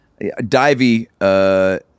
Divey